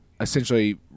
essentially